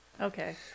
Okay